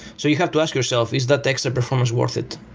so you have to ask yourself, is that extra performance worth it?